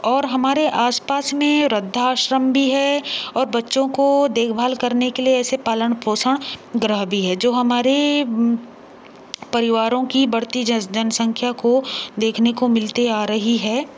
और हमारे आसपास में वृद्धाश्रम भी है और बच्चों को देखभाल करने के लिए ऐसे पालन पोषण गृह भी है जो हमारे परिवारों की बढ़ती जनसंख्या को देखने को मिलती आ रही है